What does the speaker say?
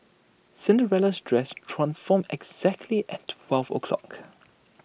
Cinderella's dress transformed exactly at twelve o'clock